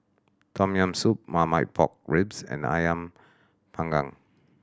Tom Yam Soup Marmite Pork Ribs and Ayam Panggang